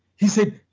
he said,